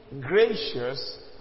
gracious